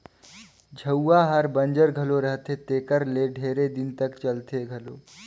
झउहा हर बंजर घलो रहथे तेकर ले ढेरे दिन तक चलथे घलो